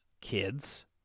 kids